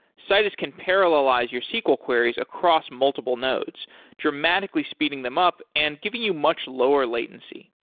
citus can parallelize your sql queries across multiple nodes dramatically speeding them up and giving you much lower latency.